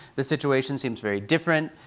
the situation seems very different.